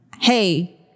hey